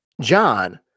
John